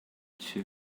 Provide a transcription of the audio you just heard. two